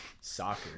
soccer